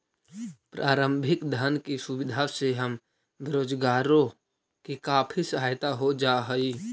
प्रारंभिक धन की सुविधा से हम बेरोजगारों की काफी सहायता हो जा हई